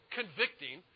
convicting